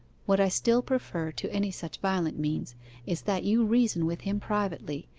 what i still prefer to any such violent means is that you reason with him privately,